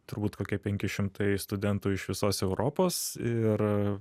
turbūt kokie penki šimtai studentų iš visos europos ir